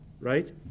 right